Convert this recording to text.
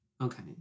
Okay